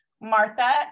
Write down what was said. Martha